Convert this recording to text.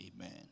Amen